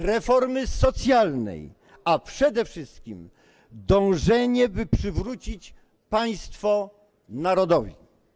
reformy socjalnej, a przede wszystkim dążenie, by przywrócić państwo narodowi.